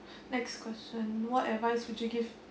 next question what advice would you give